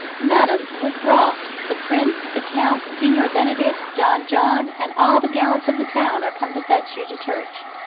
madam, withdraw the prince, the count, signior benedick, don john, and all the gallants of the town, are come to fetch you to church.